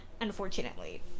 unfortunately